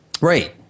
Right